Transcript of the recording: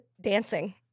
dancing